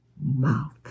mouth